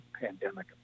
pandemic